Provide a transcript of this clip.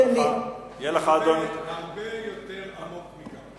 זה הרבה יותר עמוק מכך.